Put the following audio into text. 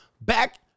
Back